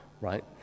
right